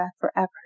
forever